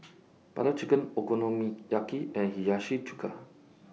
Butter Chicken Okonomiyaki and Hiyashi Chuka